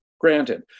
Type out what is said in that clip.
granted